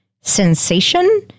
sensation